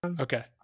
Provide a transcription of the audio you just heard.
Okay